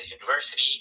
university